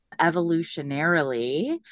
evolutionarily